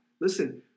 Listen